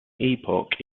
epoch